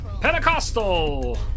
Pentecostal